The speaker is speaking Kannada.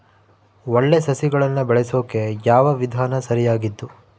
ಒಳ್ಳೆ ಸಸಿಗಳನ್ನು ಬೆಳೆಸೊಕೆ ಯಾವ ವಿಧಾನ ಸರಿಯಾಗಿದ್ದು?